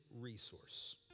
resource